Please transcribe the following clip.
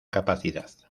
capacidad